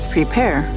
Prepare